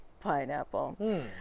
pineapple